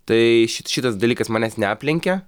tai šit šitas dalykas manęs neaplenkė